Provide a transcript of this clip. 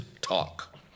talk